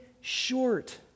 short